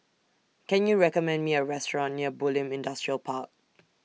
Can YOU recommend Me A Restaurant near Bulim Industrial Park